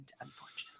unfortunately